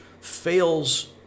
fails